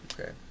Okay